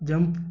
jump